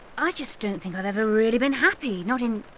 i just don't think i've ever really been happy, not in, you